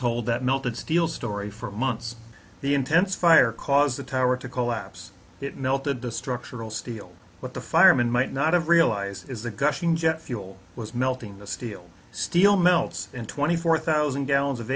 told that melted steel story for months the intense fire caused the tower to collapse it melted the structural steel but the firemen might not have realized is that gushing jet fuel was melting the steel steel melts and twenty four thousand gallons of